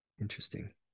interesting